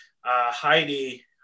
heidi